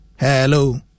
Hello